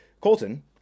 Colton